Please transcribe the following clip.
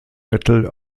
metal